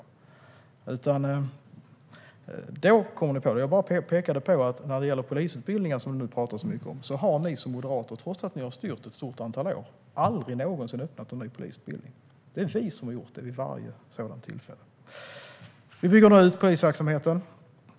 Ni kommer på det nu i stället. Jag bara pekade på att när det gäller polisutbildningar, som det nu pratas mycket om, har ni moderater - trots att ni har styrt under ett stort antal år - aldrig någonsin öppnat en ny polisutbildning. Det är vi som har gjort det, vid varje sådant tillfälle. Vi bygger nu ut polisverksamheten.